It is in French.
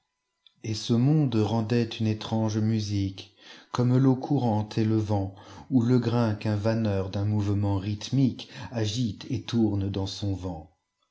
et ce monde rendait une étrange musique comme teau courante et le vent ou le grain qu'un vanneur d'un mouvement rhythmiqueagite et tourne dans son